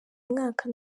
mwaka